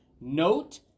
Note